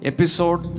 Episode